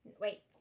Wait